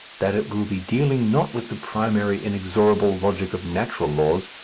that it will be dealing, not with the primary inexorable logic of natural laws,